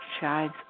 shines